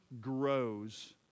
grows